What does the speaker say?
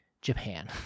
Japan